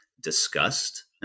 discussed